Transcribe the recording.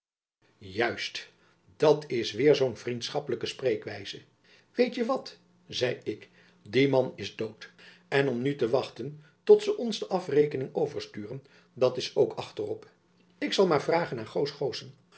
juist dat is weêr zoo'n vriendschappelijke spreekwijze weet je wat zei ik die man is dood en om nu te wachten tot ze ons de afrekening oversturen dat is ook achterop ik zal maar vragen aan